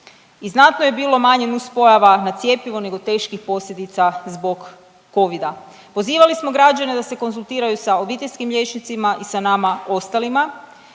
i znatno je bilo manje nuspojava na cjepivo nego teških posljedica zbog covida. Pozivali smo građane da se konzultiraju sa obiteljskim liječnicima i sa nama ostalima.